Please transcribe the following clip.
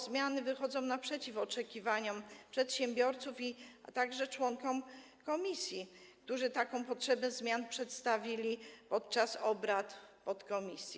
Zmiany te wychodzą naprzeciw oczekiwaniom przedsiębiorców, a także członków komisji, którzy ich potrzebę przedstawili podczas obrad podkomisji.